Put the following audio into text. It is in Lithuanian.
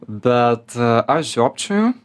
bet aš žiopčioju